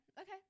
okay